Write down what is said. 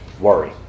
worry